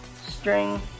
String